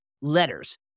letters